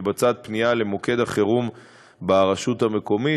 מתבצעת פנייה למוקד החירום ברשות המקומית